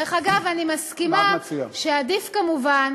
דרך אגב, אני מסכימה שעדיף כמובן